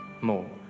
more